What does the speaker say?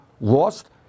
lost